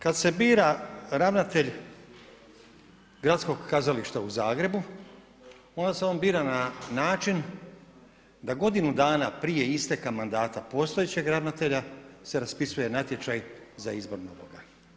Kada se bira ravnatelj Gradskog kazališta u Zagrebu onda se on bira na način da godinu dana prije isteka mandata postojećeg ravnatelja se raspisuje natječaj za izbor novoga.